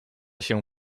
się